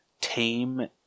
tame